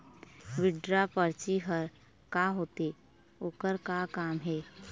Withdraw परची हर का होते, ओकर का काम हे?